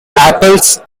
apples